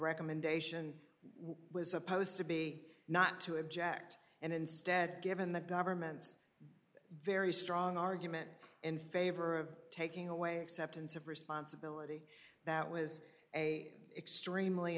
recommendation was supposed to be not to object and instead given the government's very strong argument in favor of taking away acceptance of responsibility that was a extremely